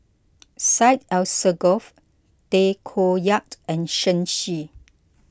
Syed Alsagoff Tay Koh Yat and Shen Xi